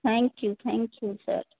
thank you thank you sir